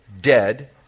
dead